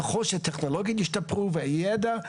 ככל שהטכנולוגיות ישתפרו והידע,